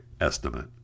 estimate